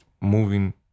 moving